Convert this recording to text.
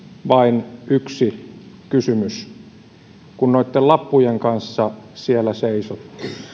vain yksi kysymys he noitten lappujen kanssa siellä seisoivat